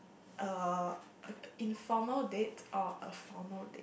uh informal date or a formal date